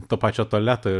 to pačio tualeto